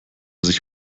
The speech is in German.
sich